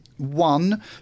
one